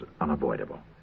unavoidable